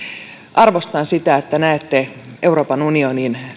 arvostan sitä että näette euroopan unionin